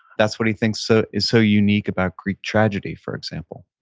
that's what he thinks so is so unique about greek tragedy, for example